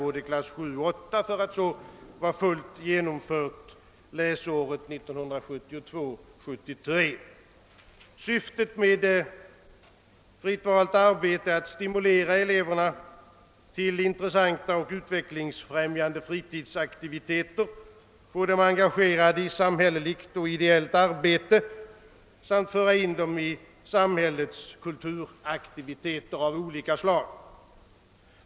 både klasserna 7 och 8, för att slutligen vara fullständigt infört i sko Jan läsåret 1972/73. är att stimulera eleverna till intressanta och utvecklingsfrämjande fritidsaktiviteter, att få dem engagerade i samhälleligt och ideellt arbete samt att föra in dem i samhällets kulturaktiviteter av olika slag.